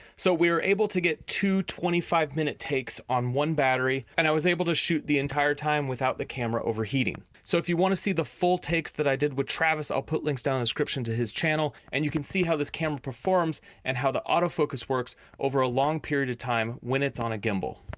so, we were able to get two, twenty five minute takes on one battery and i was able to shoot the entire time without the camera overheating. so, if you wanna see the full takes that i did with travis, i'll put links down in the description to his channel and you can see how this camera performs and how the auto focus works over a long period of time when it's on a gimbal.